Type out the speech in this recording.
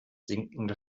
sinkende